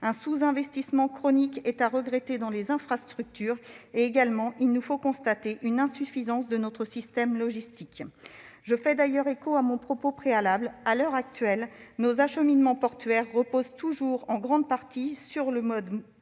un sous-investissement chronique dans les infrastructures. Il nous faut enfin constater une insuffisance de notre système logistique. Je fais d'ailleurs écho ici à mon propos préalable : à l'heure actuelle, nos acheminements portuaires reposent toujours en grande partie sur le mode routier,